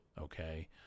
Okay